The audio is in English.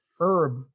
Herb